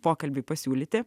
pokalbiui pasiūlyti